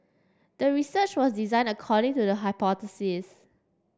the research was designed according to the hypothesis